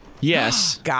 Yes